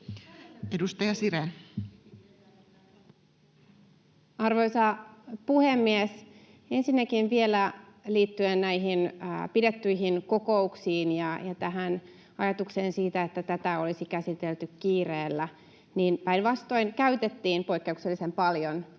19:39 Content: Arvoisa puhemies! Ensinnäkin vielä liittyen näihin pidettyihin kokouksiin ja tähän ajatukseen siitä, että tätä olisi käsitelty kiireellä: päinvastoin, käytettiin poikkeuksellisen paljon aikaa.